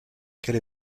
quelle